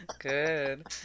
good